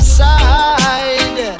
side